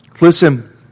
listen